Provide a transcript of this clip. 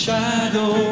shadow